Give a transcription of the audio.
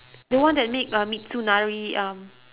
the one that made uh mitsunari um